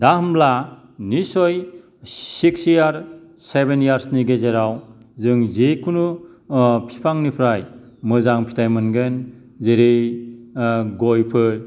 दा होनब्ला निसय सिक्स इयार सेभेन इयारस नि गेजेराव जों जिखुनु बिफांनिफ्राय मोजां फिथाय मोनगोन जेरै गयफोर